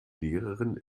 lehrerin